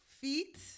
Feet